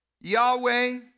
Yahweh